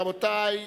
רבותי,